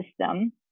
system